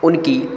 उनकी